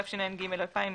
התשע"ג-2013,